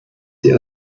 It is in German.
sie